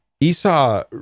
Esau